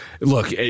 look